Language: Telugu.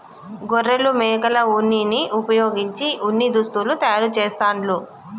గొర్రెలు మేకల ఉన్నిని వుపయోగించి ఉన్ని దుస్తులు తయారు చేస్తాండ్లు